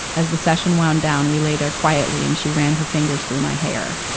as the session wound down, we lay there quietly, and she ran her fingers through my hair.